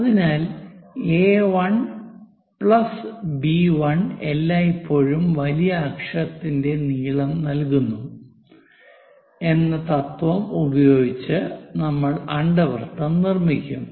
അതിനാൽ A 1 plus B 1 A1 B1 എല്ലായ്പ്പോഴും വലിയ അക്ഷത്തിന്റെ നീളം നൽകുന്നു എന്ന തത്ത്വം ഉപയോഗിച്ച് നമ്മൾ അണ്ഡവൃത്തം നിർമ്മിക്കും